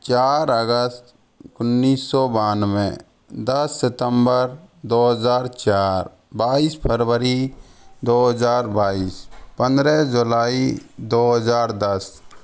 चार अगस्त उन्नीस सौ बानवें दस सितम्बर दो हजार चार बाईस फरवरी दो हजार बाईस पंद्रह जुलाई दो हजार दस